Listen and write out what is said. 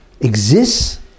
exists